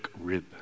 rib